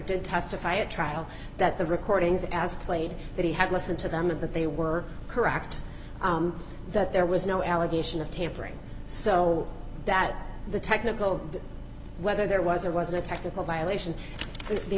did testify at trial that the recordings as played that he had listened to them and that they were correct that there was no allegation of tampering so that the technical whether there was or wasn't a technical violation